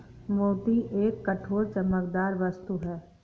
मोती एक कठोर, चमकदार वस्तु है